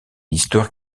histoire